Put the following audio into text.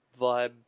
vibe